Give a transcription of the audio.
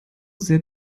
sehr